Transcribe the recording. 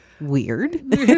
weird